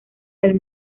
del